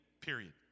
period